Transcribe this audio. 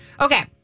Okay